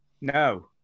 No